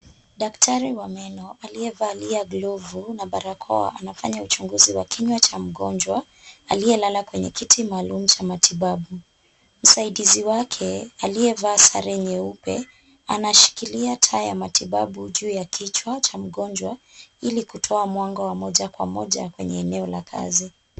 Daktari wa meno aliyevalia glovu na barakoa anafanya uchunguzi wa kinywa cha mgonjwa aliyelala kwenye kiti maalum cha matibabu. Msaidizi wake aliyevaa sare nyeupe anashikilia taa ya matibabu juu ya kichwa cha mgonjwa ili kutoa mwanga wa moja kwa moja kwenye eneo la kazi.